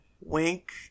wink